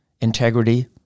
integrity